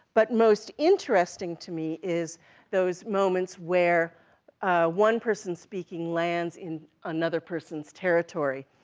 but most interesting to me is those moments where one person's speaking lands in another person's territory,